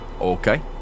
Okay